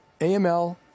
AML